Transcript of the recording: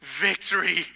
victory